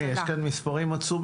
תשמעי, יש כאן מספרים עצומים.